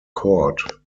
court